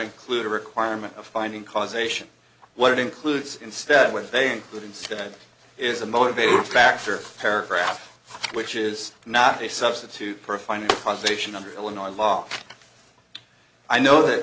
include a requirement of finding causation what it includes instead what they include instead is a motivating factor paragraph which is not a substitute for finding causation under illinois law i know th